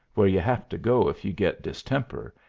where you have to go if you get distemper,